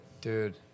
Dude